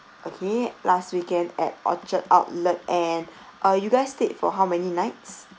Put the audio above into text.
okay last weekend at orchard outlet and uh you guys stayed for how many nights